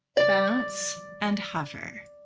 bounce and hover.